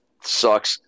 sucks